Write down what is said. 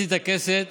ציצית הכסת